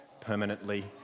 permanently